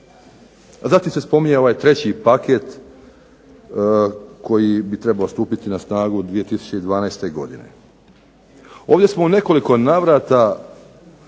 A zatim se spominje ovaj treći paket koji bi trebao stupiti na snagu 2012. godine. Ovdje smo u nekoliko navrata,